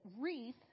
wreath